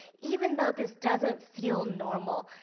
even though this doesn't feel normal,